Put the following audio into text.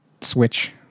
Switch